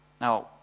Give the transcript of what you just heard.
Now